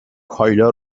کایلا